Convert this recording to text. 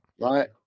Right